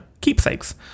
keepsakes